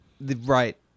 Right